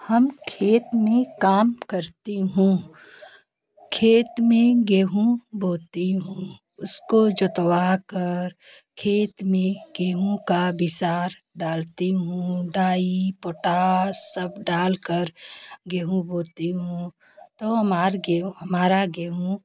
हम खेत में काम करती हूँ खेत में गेहूँ बोती हूँ उसको जुतवाकर खेत में गेहूँ का विसार डालती हूँ डाई पोटास सब डालकर गेहूँ बोती हूँ तो हमार गेहूँ हमारा गेहूँ